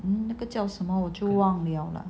那个叫什么我就忘了